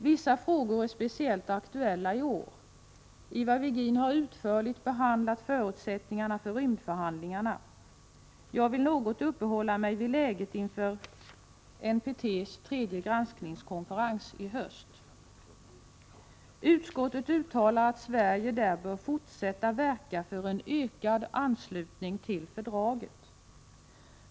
Vissa frågor är speciellt aktuella i år. Ivar Virgin har utförligt behandlat förutsättningarna för rymdförhandlingarna. Jag vill något uppehålla mig vid läget inför NPT:s tredje granskningskonferens i höst. Utskottet uttalar att Sverige där bör fortsätta verka för en ökad anslutning till fördraget.